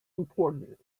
important